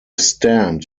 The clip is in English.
stand